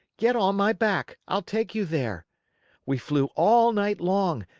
get on my back. i'll take you there we flew all night long,